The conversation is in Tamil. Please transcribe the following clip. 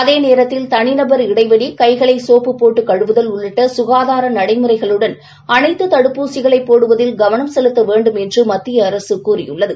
அதேநேரத்தில் தனிநபர் இடைவெளி கைகளை சோப்பு போட்டு கழுவுதல் உள்ளிட்ட சுகாதார நடைமுறைகளுடன் அனைத்து தடுப்பூசிகளை போடுவதில் கவனம் செலுத்த வேண்டும் என்று மத்தியஅரசு கூறியுள்ளது